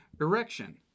erection